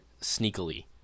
sneakily